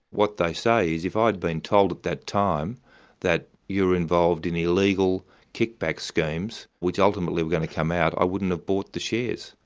what they say is, if i'd been told at that time that you were involved in illegal kickback schemes, which ultimately were going to come out, i wouldn't have bought the shares.